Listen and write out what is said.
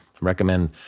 recommend